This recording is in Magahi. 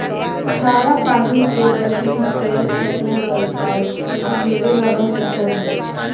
खारा पानी के मछली तैर सको हइ और अकेले रह सको हइ